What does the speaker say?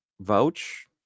vouch